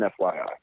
FYI